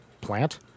plant